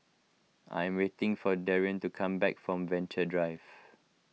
I am waiting for Darrion to come back from Venture Drive